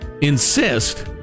Insist